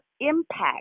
impact